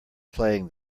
playing